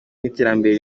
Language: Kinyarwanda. n’iterambere